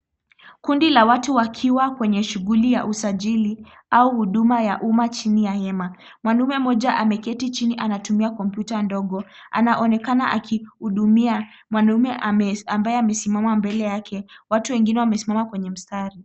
Kundi la watu wakiwa kwenye shughuli ya usajili au huduma ya umma chini ya hema. Mwanaume mmoja ameketi chini anatumia kompyuta ndogo, anaonekana akimhudumia mwanaume ambaye amesimama mbele yake. Watu wengine wamesimama kwenye mstari.